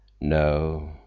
No